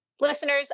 Listeners